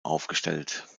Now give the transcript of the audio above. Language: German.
aufgestellt